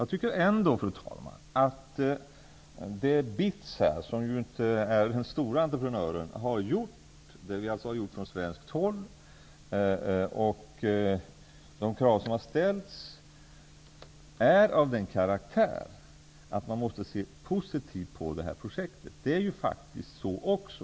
Jag tycker ändå att det som BITS, som inte är den stora entreprenören i detta sammanhang, har gjort från svensk sida och de krav som har ställts är av den karaktären att man måste se positivt på detta projekt.